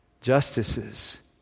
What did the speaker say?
justices